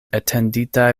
etenditaj